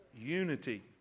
Unity